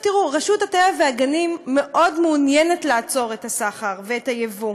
רשות הטבע והגנים מאוד מעוניינת לעצור את הסחר ואת הייבוא,